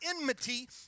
enmity